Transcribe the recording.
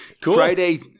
Friday